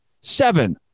Seven